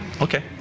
Okay